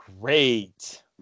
Great